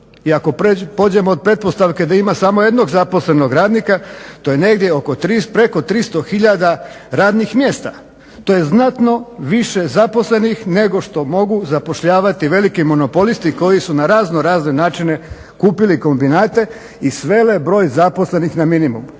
i ako pođemo od pretpostavke da ima samo jednog zaposlenog radnika, to je negdje preko 300 hiljada radnih mjesta. To je znatno više zaposlenih nego što mogu zapošljavati veliki monopolisti koji su na raznorazne načine kupili kombinate i sve broj zaposlenih na minimum.